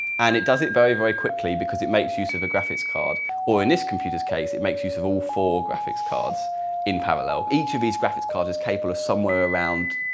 and it does it very very quickly because it makes use of the graphics card or in this computer case it makes use of all four graphics cards in parallel. each of these graphics card is capable of somewhere around